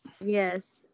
yes